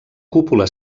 cúpula